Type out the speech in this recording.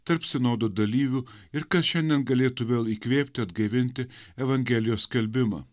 tarp sinodo dalyvių ir kas šiandien galėtų vėl įkvėpti atgaivinti evangelijos skelbimą